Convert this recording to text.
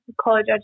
college